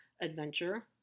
adventure